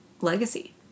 Legacy